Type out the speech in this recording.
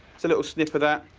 so little snip of that.